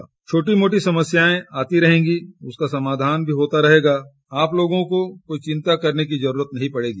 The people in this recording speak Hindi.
जो छोटी मोटी समस्याएं आती रहेंगी उसका समाधान भी होता रहेगा आप लोगों को कोई चिन्ता करने की जरूरत नहीं पड़ेगी